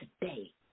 today